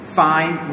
fine